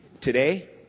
today